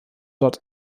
dort